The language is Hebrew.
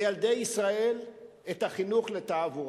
לחנך אחרים כדי למנוע,